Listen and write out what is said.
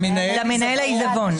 למנהל העיזבון.